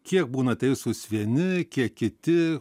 kiek būna teisūs vieni kiek kiti